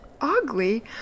ugly